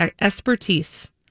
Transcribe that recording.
expertise